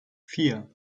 vier